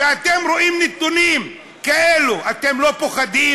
כשאתם רואים נתונים כאלה אתם לא פוחדים?